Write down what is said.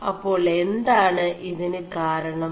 അേçാൾ എാണ് ഇതിനു കാരണം